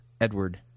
edward